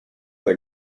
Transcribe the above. they